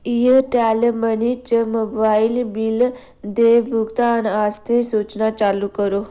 Airtel money च mobile bill दे भुगतान आस्तै सूचनां चालू करो